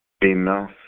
enough